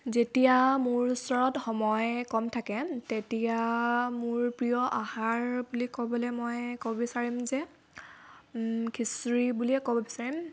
যেতিয়া মোৰ ওচৰত সময় কম থাকে তেতিয়া মোৰ প্ৰিয় আহাৰ বুলি ক'বলৈ মই ক'ব বিচাৰিম যে খিচিৰি বুলিয়ে ক'ব বিচাৰিম